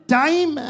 time